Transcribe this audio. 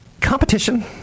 Competition